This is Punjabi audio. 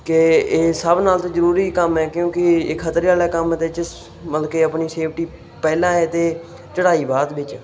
ਕਿ ਇਹ ਸਭ ਨਾਲੋਂ ਤਾਂ ਜ਼ਰੂਰੀ ਕੰਮ ਹੈ ਕਿਉਂਕਿ ਇਹ ਇਹ ਖ਼ਤਰੇ ਵਾਲਾ ਕੰਮ ਹੈ ਤਾਂ ਇਹ 'ਚ ਮਤਲਬ ਕਿ ਆਪਣੀ ਸੇਫਟੀ ਪਹਿਲਾਂ ਹੈ ਅਤੇ ਚੜ੍ਹਾਈ ਬਾਅਦ ਵਿੱਚ